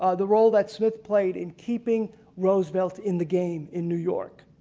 ah the role that smith played in keeping roosevelt in the game in new york.